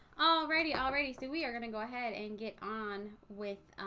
already already see we are gonna go ahead and get on with